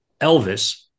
Elvis